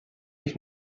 ich